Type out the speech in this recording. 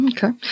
Okay